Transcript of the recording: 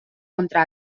contra